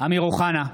אמיר אוחנה,